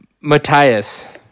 Matthias